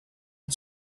had